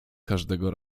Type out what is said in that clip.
każdego